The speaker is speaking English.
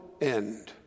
end